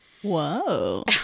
Whoa